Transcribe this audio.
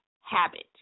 habit